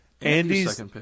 Andy's